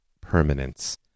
permanence